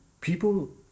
people